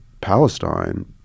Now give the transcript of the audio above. Palestine